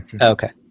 Okay